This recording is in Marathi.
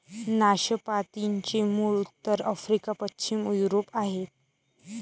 नाशपातीचे मूळ उत्तर आफ्रिका, पश्चिम युरोप आहे